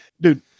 Dude